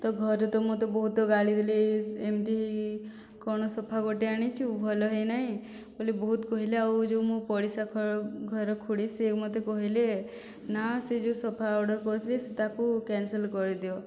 ତ ଘରେ ତ ବହୁତ ମୋତେ ଗାଳି ଦେଲେ ଇଏ ଏମତି ହିଁ କ'ଣ ସୋଫା ଗୋଟିଏ ଆଣିଛୁ ଭଲ ହୋଇନାହିଁ ବୋଲି ବହୁତ କହିଲେ ଆଉ ଯେଉଁ ମୋ ପଡ଼ିଶା ଘର ଘର ଖୁଡ଼ି ସେ ମୋତେ କହିଲେ ନା ସେ ଯେଉଁ ସୋଫା ଅର୍ଡ଼ର କରିଥିଲି ତାକୁ କ୍ୟାନ୍ସଲ କରିଦିଅ